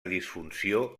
disfunció